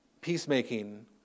Peacemaking